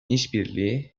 işbirliği